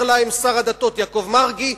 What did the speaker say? אומר להם שר הדתות יעקב מרגי,